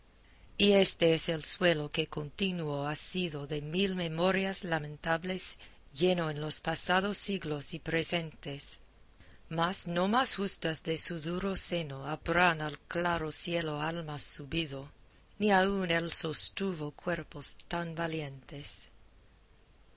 y éste es el suelo que continuo ha sido de mil memorias lamentables lleno en los pasados siglos y presentes mas no más justas de su duro seno habrán al claro cielo almas subido ni aun él sostuvo cuerpos tan valientes